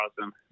awesome